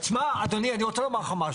שמע, אדוני, אני רוצה לומר לך משהו.